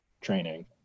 training